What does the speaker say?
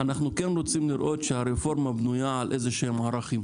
אנחנו כן רוצים לראות שהרפורמה בנויה על איזשהם ערכים.